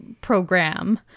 program